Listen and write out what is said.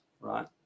right